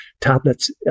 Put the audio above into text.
tablets